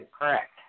Correct